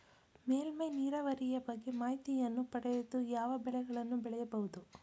ಮೇಲ್ಮೈ ನೀರಾವರಿಯ ಬಗ್ಗೆ ಮಾಹಿತಿಯನ್ನು ಪಡೆದು ಯಾವ ಬೆಳೆಗಳನ್ನು ಬೆಳೆಯಬಹುದು?